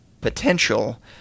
potential